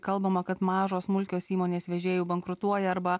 kalbama kad mažos smulkios įmonės vežėjų bankrutuoja arba